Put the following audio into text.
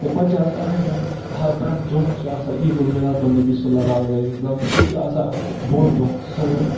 تہٕ پَتہٕ چھِ آسان یِتھَے کٔن ہَہ پرٛٮ۪تھ جُمع چھُ آسان عیٖد المیٖلاتُن نبی صلی اللہ علیہ وسلم سُہ تہِ چھِ آسان اَکھ بوٚڑ دۄہ سون